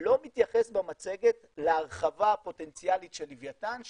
לא מתייחס במצגת להרחבה הפוטנציאלית של לווייתן,